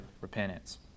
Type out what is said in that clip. repentance